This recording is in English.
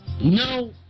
No